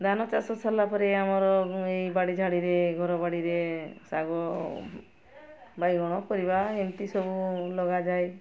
ଧାନ ଚାଷ ସରିଲା ପରେ ଆମର ଏଇ ବାଡ଼ିଝାଡ଼ିରେ ଘର ବାଡ଼ିରେ ଶାଗ ବାଇଗଣ ପରିବା ଏମିତି ସବୁ ଲଗାଯାଏ